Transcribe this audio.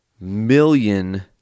million